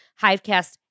Hivecast